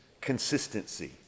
consistency